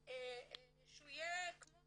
שהוא יהיה כמו